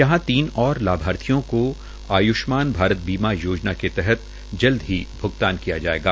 यहां तीन और लाभर्थियों को आयुष्मान भारत बीमा योजना के तहत जल्द ही भ्गतान किया जायेगा